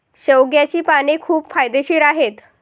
शेवग्याची पाने खूप फायदेशीर आहेत